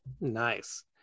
Nice